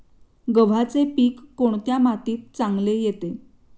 गव्हाचे पीक कोणत्या मातीत चांगले येते?